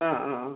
ആ ആ ആ